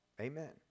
Amen